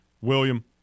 William